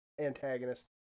antagonist